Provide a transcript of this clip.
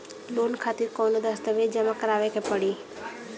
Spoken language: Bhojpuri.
लोन खातिर कौनो दस्तावेज जमा करावे के पड़ी?